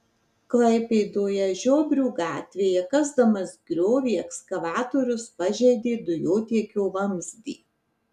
klaipėdoje žiobrių gatvėje kasdamas griovį ekskavatorius pažeidė dujotiekio vamzdį